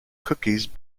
cookies